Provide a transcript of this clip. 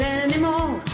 anymore